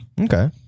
Okay